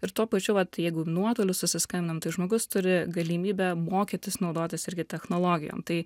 ir tuo pačiu vat jeigu nuotoliu susiskambinam tai žmogus turi galimybę mokytis naudotis irgi technologijom tai